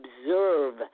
observe